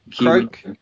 Croak